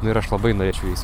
nu ir aš labai norėčiau jais